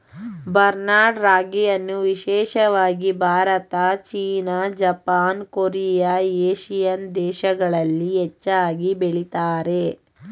barnyard ರಾಗಿಯನ್ನು ವಿಶೇಷವಾಗಿ Bharat, China, Japan, Korea, Asian ದೇಶಗಳಲ್ಲಿ ಹೆಚ್ಚಾಗಿ ಬೆಳಿತಾರೆ